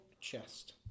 chest